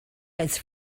its